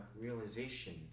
realization